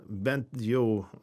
bent jau